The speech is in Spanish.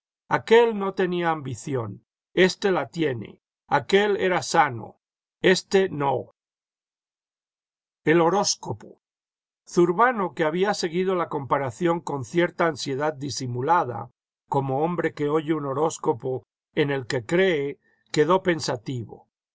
aquél no tenía ambición éste la tiene aquél era sano éste no el horóscopo zurbano que había seguido la comparación con cierta ansiedad disimulada como hombre que oye un horóscopo en el que cree quedó pensativo